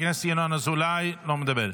חבר הכנסת ינון אזולאי, לא מדבר.